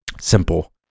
simple